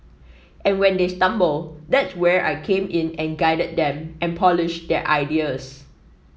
and when they stumble that's where I came in and guided them and polished their ideas